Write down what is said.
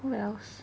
who else